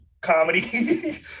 comedy